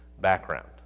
background